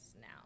now